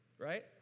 Right